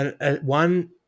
one